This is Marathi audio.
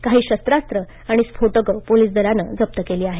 काही शस्त्रास्र आणि विस्फोटकं पोलीस दलानं जप्त केली आहे